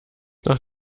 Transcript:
nach